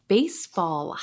Baseball